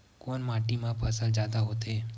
कोन माटी मा फसल जादा होथे?